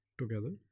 together